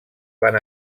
van